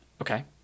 okay